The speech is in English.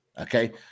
Okay